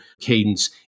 cadence